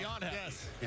Yes